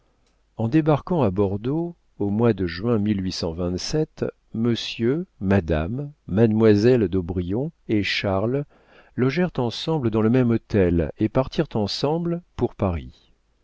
en débarquant à bordeaux au mois de juin madame mademoiselle d'aubrion et charles logèrent ensemble dans le même hôtel et partirent ensemble pour paris